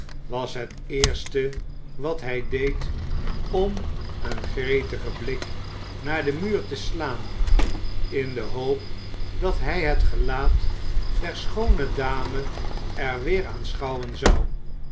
was het eerste wat hij deed om een gretigen blik naar den muur te slaan in de hoop dat hij het gelaat der schoone dame er weer aanschou